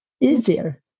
easier